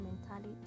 mentality